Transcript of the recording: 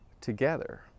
together